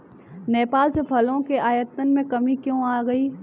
नेपाल से फलों के आयात में कमी क्यों आ गई?